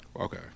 Okay